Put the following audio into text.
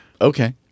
Okay